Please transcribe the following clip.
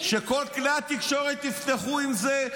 שכל כלי התקשורת יפתחו עם זה,